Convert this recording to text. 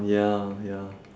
ya ya